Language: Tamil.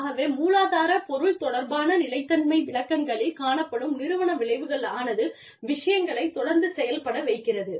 ஆகவே மூலாதார பொருள் தொடர்பான நிலைத்தன்மை விளக்கங்களில் காணப்படும் நிறுவன விளைவுகளானது விஷயங்களைத் தொடர்ந்து செயல்பட வைக்கிறது